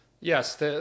Yes